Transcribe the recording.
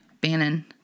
bannon